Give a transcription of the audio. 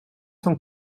cent